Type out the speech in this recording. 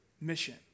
mission